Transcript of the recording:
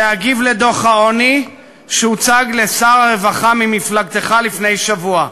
להגיב על דוח העוני שהוצג לשר הרווחה ממפלגתך לפני שבוע.